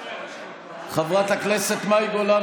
חברת הכנסת מאי גולן,